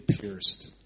pierced